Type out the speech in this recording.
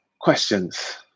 questions